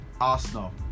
Arsenal